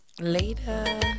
Later